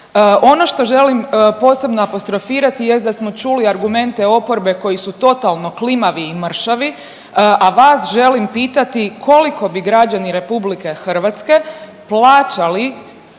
Ono što želim posebno apostrofirati jest da smo čuli argumente oporbe koji su totalno klimavi i mršavi, a vas želim pitati koliko bi građani RH plaćali